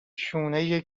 شونه